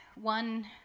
one